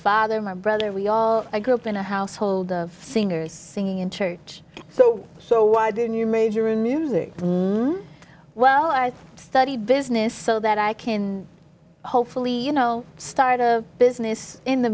father my brother we all grew up in a household of singers singing in church so so why didn't you major in music from well i studied business so that i can hopefully you know start a business in the